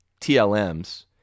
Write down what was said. TLMs